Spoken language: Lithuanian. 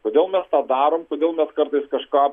kodėl mes tą darom kodėl mes kartais kažką